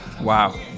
Wow